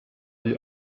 die